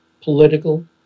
political